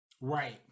Right